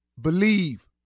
Believe